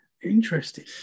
Interesting